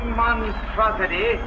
monstrosity